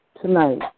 tonight